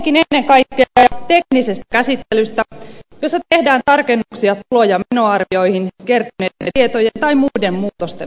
kyse on tietenkin ennen kaikkea teknisestä käsittelystä jossa tehdään tarkennuksia tulo ja menoarvioihin kertyneiden tietojen tai muiden muutosten perusteella